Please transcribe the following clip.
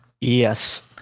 Yes